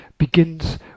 begins